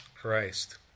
Christ